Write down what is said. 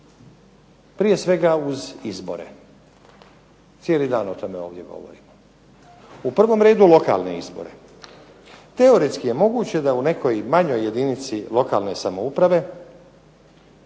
Prije svega uz izbore. Cijeli dan o tome ovdje govorimo. U prvom redu lokalne izbore. Teoretski je moguće da u nekoj manjoj jedinici lokalne samouprave